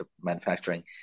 manufacturing